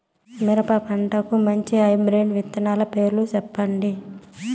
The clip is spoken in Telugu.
మిరప పంటకు మంచి హైబ్రిడ్ విత్తనాలు పేర్లు సెప్పండి?